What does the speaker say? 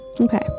Okay